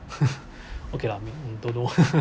okay lah I mean you don't know